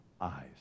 eyes